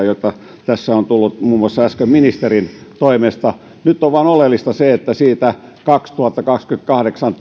joita tässä on tullut muun muassa äsken ministerin toimesta nyt on vain oleellista se että vuoden kaksituhattakaksikymmentäkahdeksan